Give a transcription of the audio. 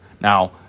Now